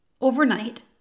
Overnight